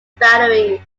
batteries